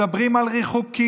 מדברים על ריחוק,